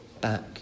back